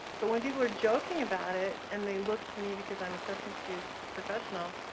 but when people are joking about it and they look to me, because i'm a substance abuse professional,